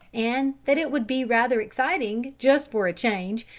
and that it would be rather exciting, just for a change,